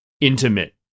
intimate